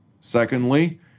Secondly